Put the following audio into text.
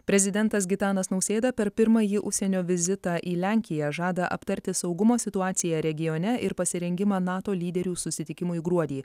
prezidentas gitanas nausėda per pirmąjį užsienio vizitą į lenkiją žada aptarti saugumo situaciją regione ir pasirengimą nato lyderių susitikimui gruodį